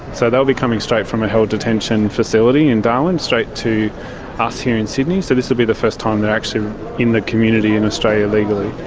so they'll be coming straight from a held detention facility in darwin straight to us here in sydney, so this will be the first time that they're actually in the community in australia legallyhagar